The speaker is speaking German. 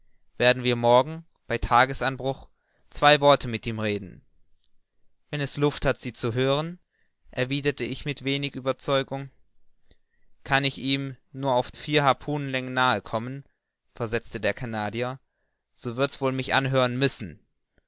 werden wir morgen bei tagesanbruch zwei worte mit ihm reden wenn es luft hat sie zu hören erwiderte ich mit wenig ueberzeugung kann ich ihm nur auf vier harpunenlänge nahe kommen versetzte der canadier so wird's wohl mich anhören müssen